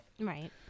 Right